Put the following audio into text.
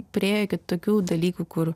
priėjo iki tokių dalykų kur